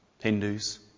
Hindus